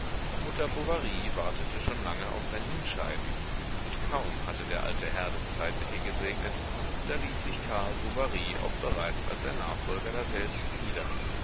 mutter bovary wartete schon lange auf sein hinscheiden und kaum hatte der alte herr das zeitliche gesegnet da ließ sich karl bovary auch bereits als sein nachfolger daselbst nieder